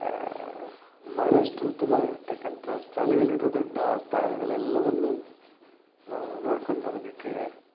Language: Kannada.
ಬಹಳಷ್ಟು ಉತ್ತಮವಾಗಿರ್ತಕ್ಕಂಥ ಸ್ಥಳಗಳಿರೋದ್ರಿಂದ ಆ ಸ್ಥಳಗಳೆಲ್ಲವನ್ನೂ ನಾವು ನೋಡ್ಕೊಂಡು ಬರೋದಿಕ್ಕೆ